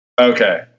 Okay